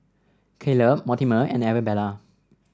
Caleb Mortimer and Arabella